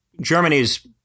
Germany's